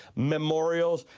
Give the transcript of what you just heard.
memorials,